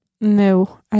No